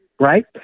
right